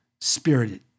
spirited